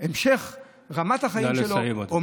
ולהמשיך את רמת החיים שלו, נא לסיים, אדוני.